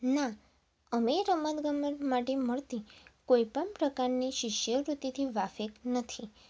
ના અમે રમત ગમત માટે મળતી કોઈપણ પ્રકારની શિષ્યવૃત્તિથી વાકેફ નથી